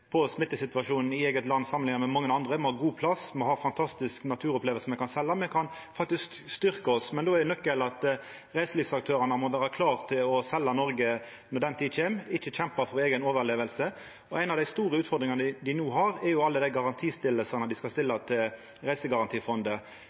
på smittesituasjonen i eige land samanlikna med mange andre, me har god plass, me har fantastiske naturopplevingar me kan selja. Me kan faktisk styrkja oss, men då er nøkkelen at reiselivsaktørane må vera klar til å selja Noreg når den tid kjem, ikkje kjempa for eiga overleving. Ei av dei store utfordringane dei har no, er alle dei garantiane dei skal stilla